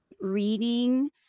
reading